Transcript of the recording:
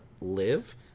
live